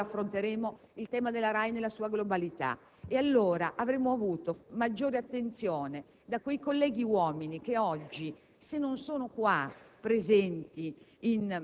quando probabilmente in quest'Aula affronteremo il tema della RAI nella sua globalità. Allora, forse, avremmo avuto maggior attenzione da quei colleghi uomini che, se oggi non sono